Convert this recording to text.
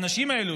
האנשים האלו,